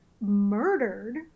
murdered